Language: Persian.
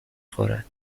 خورد